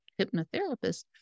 hypnotherapist